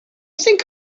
think